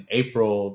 april